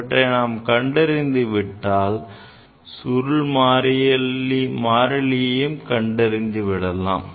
இவற்றை நாம் கண்டறிந்து விட்டால் சுருள் மாறிலியையும் கண்டறிந்துவிடலாம்